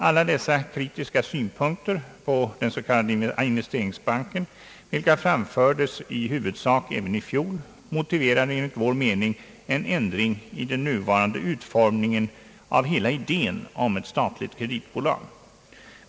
Alla dessa kritiska synpunkter på den s.k. investeringsbanken, vilka framfördes i huvudsak även i fjol, motiverar enligt vår mening en ändring av den nuvarande utformningen av hela idén om ett statligt kreditbolag.